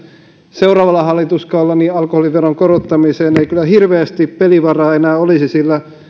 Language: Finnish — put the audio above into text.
seuraavalla hallituskaudella alkoholiveron korottamiseen ei kyllä hirveästi pelivaraa enää olisi sillä